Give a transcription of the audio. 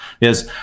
Yes